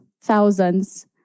thousands